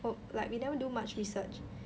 oh like we never do much research